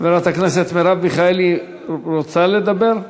חברת הכנסת מרב מיכאלי, רוצה לדבר?